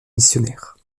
missionnaires